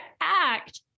act